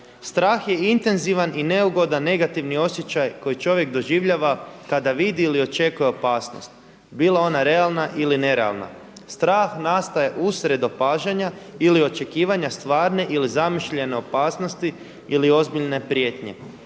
strah je intenzivan i neugodan negativni osjećaj koji čovjek doživljava kada vidi ili očekuje opasnost, bila ona realna ili nerealna. Strah nastaje uslijed opažanja ili očekivanja stvarne ili zamišljene opasnosti ili ozbiljne prijetnje.